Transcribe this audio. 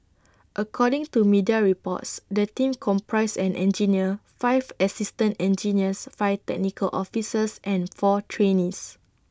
according to media reports the team comprised an engineer five assistant engineers five technical officers and four trainees